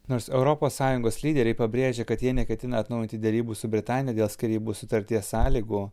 nors europos sąjungos lyderiai pabrėžia kad jie neketina atnaujinti derybų su britanija dėl skyrybų sutarties sąlygų